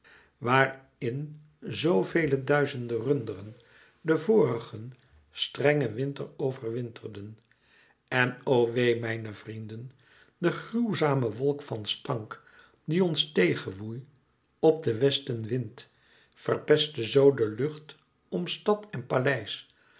waar in zo vele duizende runderen den vorigen strengen winter overwinterden en o wee mijne vrienden de gruwzame wolk van stank die ons tegen woei op den westenwind verpestte zoo de lucht om stad en paleis